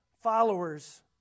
followers